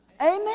Amen